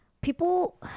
people